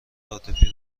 عاطفی